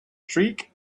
streak